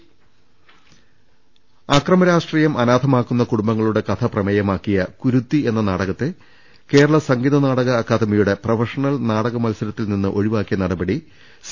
ദർശ്ശേദം അക്രമ രാഷ്ട്രീയം അനാഥമാക്കുന്ന് കുടുംബങ്ങളുടെ കഥ പ്രമേയമാ ക്കിയ കുരുത്തി എന്ന നാടകത്തെ കേരള സംഗീത നാടക അക്കാദമിയുടെ പ്രൊഫഷണൽ നാടക മത്സരത്തിൽ നിന്ന് ഒഴിവാക്കിയ നടപടി സി